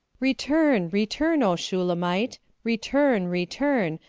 return, return, o shulamite return, return,